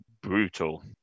brutal